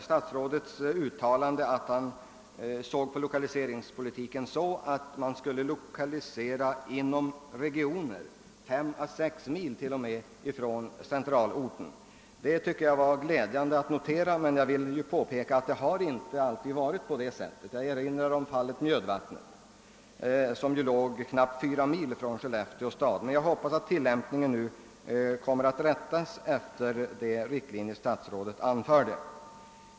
Statsrådet ansåg att man skulle lokalisera inom viss region — till och med på 5 å 6 mils avstånd — kring centralorten. Det var glädjande att kunna notera det uttalandet, men jag vill peka på att det inte alltid varit på det sättet. Jag erinrar om fallet Mjödvattnet; Mjödvattnet ligger knappt fyra mil från Skellefteå stad. Men jag hoppas att tillämpningen nu kommer att rättas efter de riktlinjer statsrådet anförde.